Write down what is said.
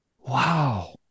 Wow